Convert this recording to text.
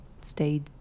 stayed